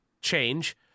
change